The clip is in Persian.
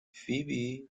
فیبی